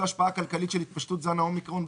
ההשפעה הכלכלית של התפשטות זן האומיקרון,